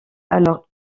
alors